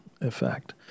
effect